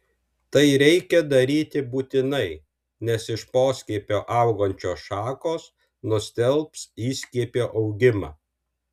tai reikia daryti būtinai nes iš poskiepio augančios šakos nustelbs įskiepio augimą